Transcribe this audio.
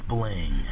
Bling